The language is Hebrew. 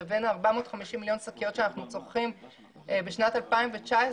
לבין 450 מיליון שקיות שאנחנו צורכים בשנת 2019,